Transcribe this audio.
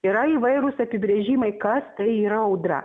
yra įvairūs apibrėžimai kas tai yra audra